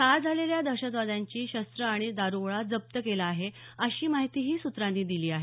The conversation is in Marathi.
ठार झालेल्या दहशतवाद्यांकडची शस्त्रं आणि दारुगोळा जप्त केला आहे अशी माहितीही सुत्रांनी दिली आहे